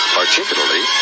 particularly